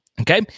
Okay